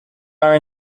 are